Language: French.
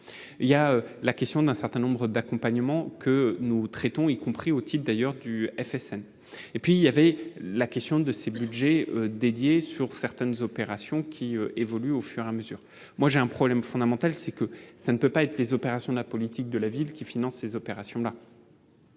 il y a la question d'un certain nombre d'accompagnement que nous traitons, y compris au type d'ailleurs du FSM et puis il y avait la question de ces Budgets dédiés sur certaines opérations qui évolue au fur et à mesure, moi j'ai un problème fondamental, c'est que ça ne peut pas être les opérations de la politique de la ville qui finance ces opérations là.